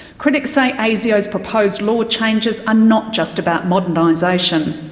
critics say asio's proposed law changes are not just about modernisation.